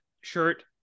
shirt